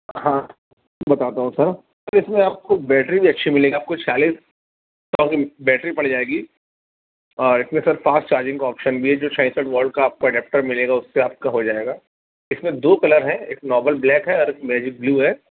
ہاں بتاتا ہوں سر تو اس میں آپ کو بیٹری بھی اچھی ملے گی آپ کو چھیالیس بیٹری پڑ جائے گی اس میں سر فاسٹ چارجنگ کا آپشن بھی ہے جو چھیاسٹھ واٹ کا آپ کو اڈاپٹر ملے گا اس سے آپ کا ہو جائے گا اس میں دو کلر ہیں ایک نارمل بلیک ہے اور ایک میجک بلیو ہے